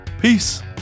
Peace